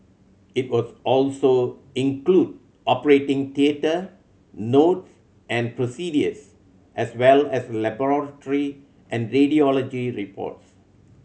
it will also include operating theatre notes and procedures as well as laboratory and radiology reports